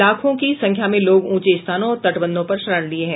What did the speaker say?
लाखों की संख्या में लोग ऊंचे स्थानों और तटबंधों पर शरण लिये हैं